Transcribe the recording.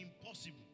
impossible